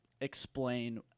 explain